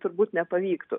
turbūt nepavyktų